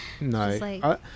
No